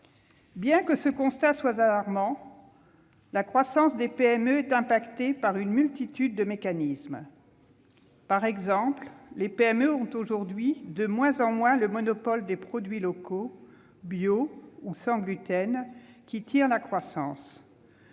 Bien que ce constat soit alarmant, la croissance des PME est affectée par une multitude de mécanismes. Par exemple, ces entreprises ont aujourd'hui de moins en moins le monopole des produits locaux, bio ou sans gluten, qui tirent la croissance.